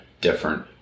different